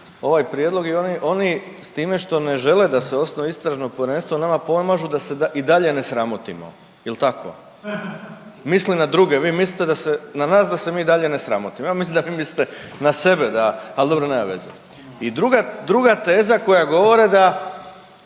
ovaj prijedlog i oni s time što ne žele da se osnuje Istražno povjerenstvo nama pomažu da se i dalje ne sramotimo. Jel' tako? Misli na druge. Vi mislite na nas da se mi dalje ne sramotimo? Ja mislim da vi mislite na sebe da, ali dobro nema veze. I druga teza koju govore da